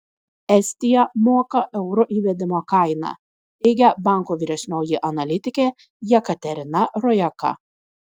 estija moka euro įvedimo kainą teigia banko vyresnioji analitikė jekaterina rojaka